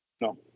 No